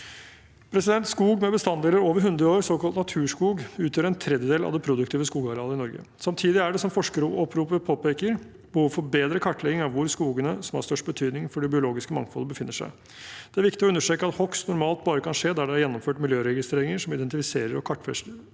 Skog med bestanddeler over 100 år, såkalt naturskog, utgjør en tredjedel av det produktive skogarealet i Norge. Samtidig er det, som forskeroppropet påpeker, behov for bedre kartlegging av hvor skogene som har størst betydning for det biologiske mangfoldet, befinner seg. Det er viktig å understreke at hogst normalt bare kan skje der det er gjennomført miljøregistreringer som identifiserer og kartfester